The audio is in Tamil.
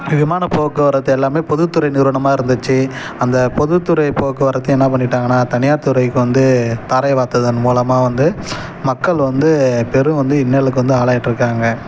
விமானப் போக்குவரத்து எல்லாமே பொதுத்துறை நிறுவனமாக இருந்துச்சு அந்த பொதுத்துறைப் போக்குவரத்து என்ன பண்ணிட்டாங்கன்னால் தனியார் துறைக்கு வந்து தாரை வார்த்ததன் மூலமாக வந்து மக்கள் வந்து பெரும் வந்து இன்னலுக்கு வந்து ஆளாகிட்டு இருக்காங்க